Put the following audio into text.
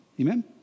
amen